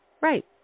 Right